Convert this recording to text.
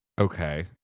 okay